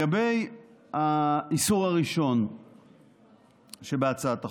לגבי הסעיף הראשון שבהצעת החוק,